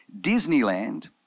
Disneyland